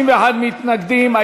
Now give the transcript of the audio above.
61 מתנגדים.